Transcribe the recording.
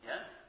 Yes